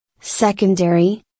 Secondary